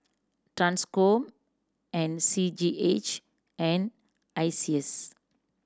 Transcom and C G H and ISEAS